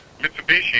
mitsubishi